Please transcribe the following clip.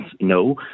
No